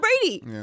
Brady